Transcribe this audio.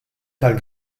tal